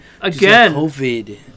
Again